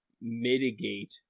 mitigate